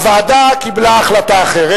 הוועדה קיבלה החלטה אחרת,